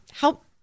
Help